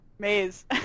Maze